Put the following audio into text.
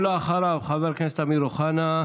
אחריו, חבר הכנסת אמיר אוחנה,